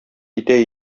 итә